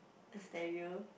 a stereo